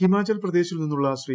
ഹിമാചൽ പ്രദേശിൽ നിന്നുള്ള ശ്രീ